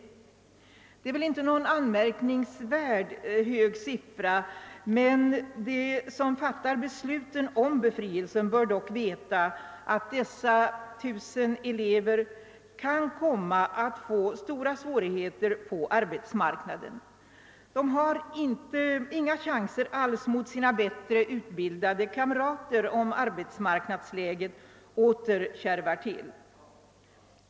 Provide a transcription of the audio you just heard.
Detta är väl inte någon anmärkningsvärt hög siffra, men de som fattar besluten om befrielsen bör dock veta att dessa cirka 1 000 elever kan komma att få stora svårigheter på arbetsmarknaden. De har över huvud taget inga chanser i förhållande till sina bättre utbildade kamrater, om arbetsmarknadsläget åter kärvar till.